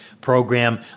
program